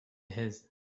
his